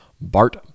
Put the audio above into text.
Bart